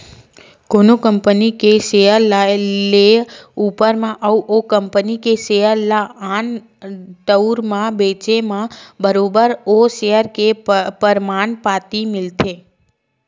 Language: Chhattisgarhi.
कोनो कंपनी के सेयर ल लेए ऊपर म अउ ओ कंपनी के सेयर ल आन ठउर म बेंचे म बरोबर ओ सेयर के परमान पाती मिलथे